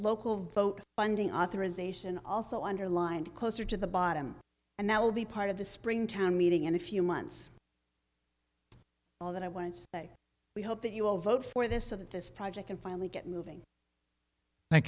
local vote funding authorization also underlined closer to the bottom and that will be part of the spring town meeting in a few months all that i wanted to say we hope that you will vote for this or that this project and finally get moving tha